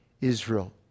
Israel